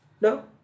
No